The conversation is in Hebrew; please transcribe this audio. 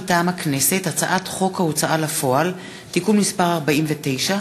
מטעם הכנסת: הצעת חוק ההוצאה לפועל (תיקון מס' 49)